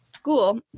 school